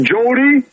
Jody